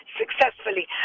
successfully